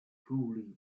fully